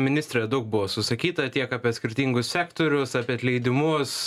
ministre daug buvo susakyta tiek apie skirtingus sektorius apie atleidimus